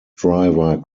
driver